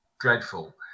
dreadful